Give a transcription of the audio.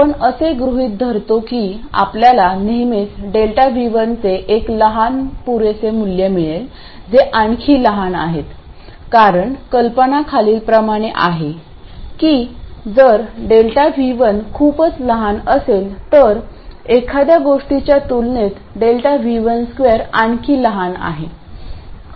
आपण असे गृहित धरतो की आपल्याला नेहमीच ΔV1 चे एक लहान पुरेसे मूल्य मिळेल जे आणखी लहान आहेत कारण कल्पना खालीलप्रमाणे आहे की जर ΔV1 खूपच लहान असेल तर एखाद्या गोष्टीच्या तुलनेत ΔV12 आणखी लहान आहे